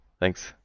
Thanks